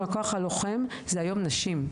הוא ש-18 אחוזים מהכוח הלוחם, היום הן נשים.